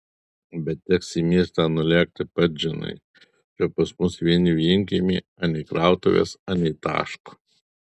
bet teks į miestą nulėkti pats žinai čia pas mus vieni vienkiemiai anei krautuvės anei taško